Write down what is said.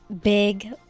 big